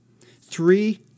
Three